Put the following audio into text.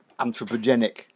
anthropogenic